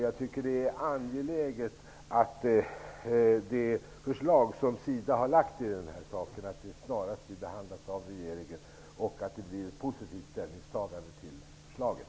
Jag tycker att det är angeläget att det förslag som SIDA har lagt fram i den här saken snarast blir behandlat av regeringen och att det blir ett positivt ställningstagande till förslaget.